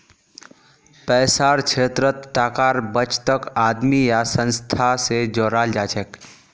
पैसार क्षेत्रत टाकार बचतक आदमी या संस्था स जोड़ाल जाछेक